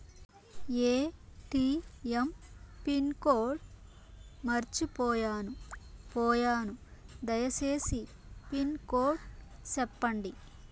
ATM pin code మర్చిపోయాను పోయాను దయసేసి పిన్ కోడ్ సెప్పండి?